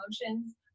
emotions